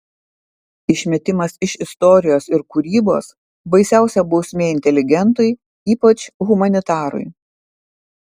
išmetimas iš istorijos ir kūrybos baisiausia bausmė inteligentui ypač humanitarui